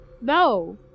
No